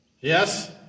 Yes